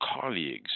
colleagues